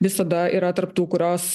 visada yra tarp tų kurios